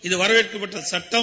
இது வரவேற்கப்பட்ட சுட்டம்